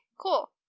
cool